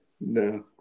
no